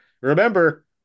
remember